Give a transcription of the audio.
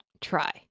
try